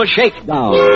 Shakedown